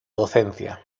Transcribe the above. docencia